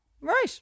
Right